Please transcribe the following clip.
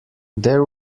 there